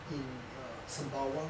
in err sembawang